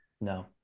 no